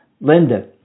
Linda